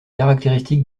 caractéristique